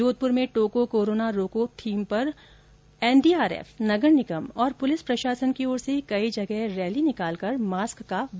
जोधपुर में टोको कोरोना रोको थीम पर एनडीआरएफ नगर निगम और पुलिस प्रशासन की ओर से कई जगह रैली निकालकर मास्क का वितरण किया गया